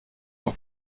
auf